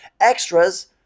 Extras